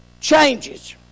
changes